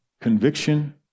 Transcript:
conviction